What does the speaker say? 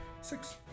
Six